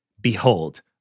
Behold